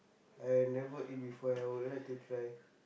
I never eat before and I would like to try